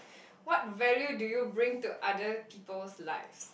what value do you bring to other people's life